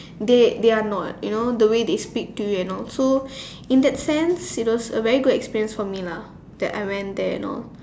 they they are not you know the way they speak to you and all so in that sense it was a very good experience for me lah that I went there and all